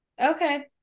okay